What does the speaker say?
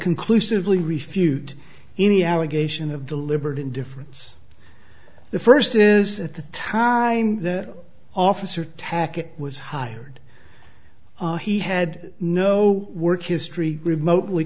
conclusively refute any allegation of deliberate indifference the first is at the time the officer tackett was hired he had no work history remotely